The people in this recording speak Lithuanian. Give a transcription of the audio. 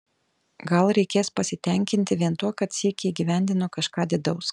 gal reikės pasitenkinti vien tuo kad sykį įgyvendino kažką didaus